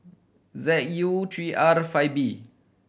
Z U three R and five B